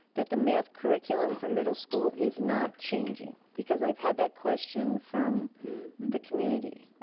that the math curriculum for middle school is not changing, because i've had that question from the community.